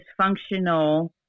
dysfunctional